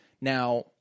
Now